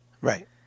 right